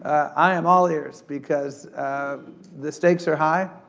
i am all ears because the stakes are high.